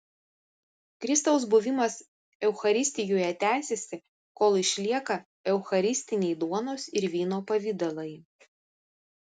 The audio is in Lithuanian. kristaus buvimas eucharistijoje tęsiasi kol išlieka eucharistiniai duonos ir vyno pavidalai